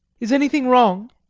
is anything wrong?